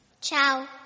Ciao